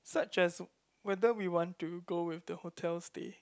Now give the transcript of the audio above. such as whether we want to go with the hotel stay